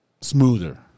smoother